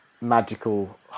magical